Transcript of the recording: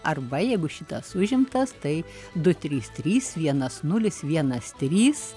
arba jeigu šitas užimtas tai du trys trys vienas nulis vienas trys